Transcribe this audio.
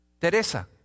Teresa